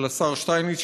של השר שטייניץ,